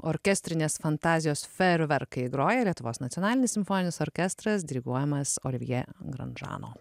orkestrinės fantazijos fejerverkai groja lietuvos nacionalinis simfoninis orkestras diriguojamas olirvjė granžano